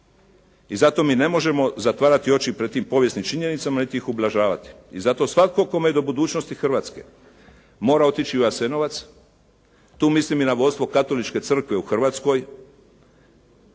I zato mi ne možemo zatvarati oči pred tim povijesnim činjenicama niti ih ublažavati. I zato svatko kome je do budućnosti Hrvatske mora otići u Jasenovac, tu mislim i na vodstvo katoličke crkve u Hrvatskoj